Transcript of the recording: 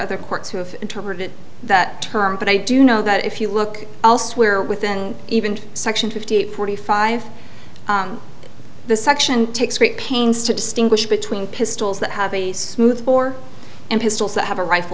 other courts who have interpreted that term but i do know that if you look elsewhere within even section fifty eight forty five the section takes great pains to distinguish between pistols that have a smooth bore and pistols that have a rifle